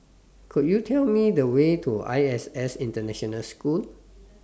Could YOU Tell Me The Way to ISS International School